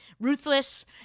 ruthless